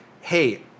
hey